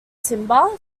timber